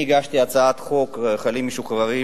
אני הגשתי הצעת חוק חיילים משוחררים,